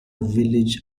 village